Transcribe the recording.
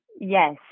Yes